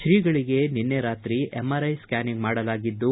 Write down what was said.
three ಗಳಿಗೆ ನಿನ್ನೆ ರಾತ್ರಿ ಎಂಆರ್ಐ ಸ್ಕ್ಯಾನಿಂಗ್ ಮಾಡಲಾಗಿದ್ದು